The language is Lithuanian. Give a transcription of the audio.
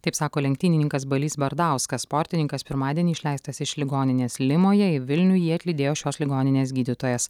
taip sako lenktynininkas balys bardauskas sportininkas pirmadienį išleistas iš ligoninės limoje į vilnių jį atlydėjo šios ligoninės gydytojas